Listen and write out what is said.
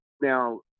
Now